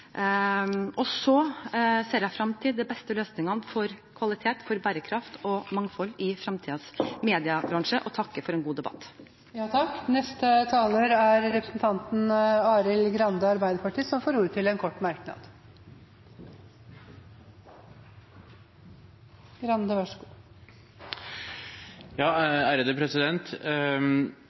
Så ser jeg frem til de beste løsningene for kvalitet, bærekraft og mangfold i fremtidens mediebransje, og takker for en god debatt. Representanten Arild Grande har hatt ordet to ganger og får ordet til en kort merknad,